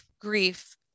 grief